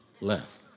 left